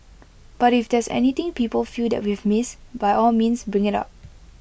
but if there's anything people feel that we've missed by all means bring IT up